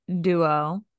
duo